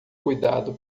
cuidado